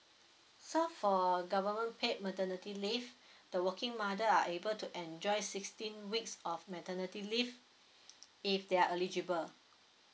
so for government paid maternity leave the working mother are able to enjoy sixteen weeks of maternity leave if they are eligible